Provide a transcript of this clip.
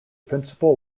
principal